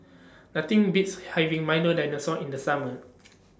Nothing Beats having Milo Dinosaur in The Summer